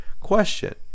Question